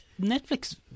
Netflix